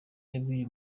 yabwiye